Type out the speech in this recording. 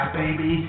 baby